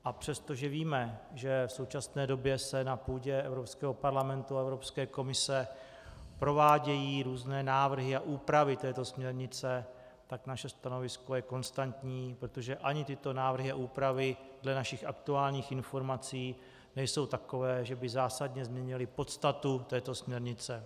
A přestože víme, že v současné době se na půdě Evropského parlamentu a Evropské komise provádějí různé návrhy a úpravy této směrnice, tak naše stanovisko je konstantní, protože ani tyto návrhy a úpravy dle našich aktuálních informací nejsou takové, že by zásadně změnily podstatu směrnice.